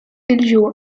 الجوع